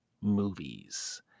movies